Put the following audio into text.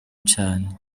cane